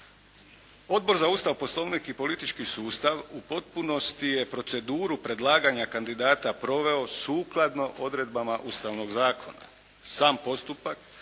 Odbor za Ustav, Poslovnik i politički sustav u potpunosti je proceduru predlaganja kandidata proveo sukladno odredbama Ustavnog zakona. Samo postupak